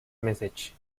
message